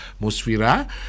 Musfira